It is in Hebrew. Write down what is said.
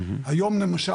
היום למשל,